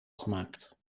gemaakt